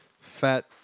fat